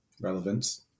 relevance